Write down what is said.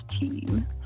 team